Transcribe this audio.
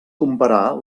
comparar